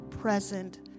present